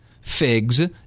figs